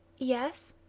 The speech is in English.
yes.